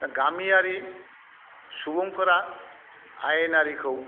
दा गामियारि सुबुंफोरा आयेनारिखौ